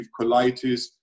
colitis